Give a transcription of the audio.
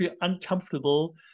uncomfortable